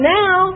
now